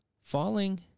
falling